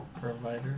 Provider